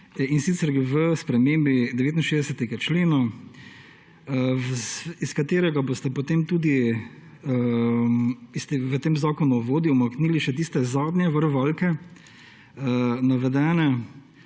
in sicer v spremembi 69. člena, iz katerega ste v tem zakonu o vodi umaknili še tiste zadnje varovalke, navedene